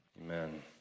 Amen